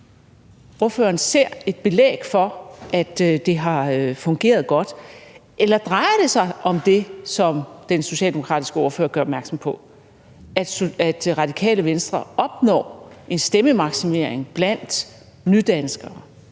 ordføreren ser et belæg for, at det har fungeret godt? Eller drejer det sig om det, som den socialdemokratiske ordfører gjorde opmærksom på, altså at Radikale Venstre opnår en stemmemaksimering blandt nydanskere?